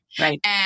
Right